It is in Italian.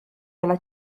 della